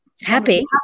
Happy